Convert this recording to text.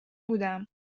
بودم